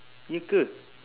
ye ke